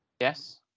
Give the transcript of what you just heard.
Yes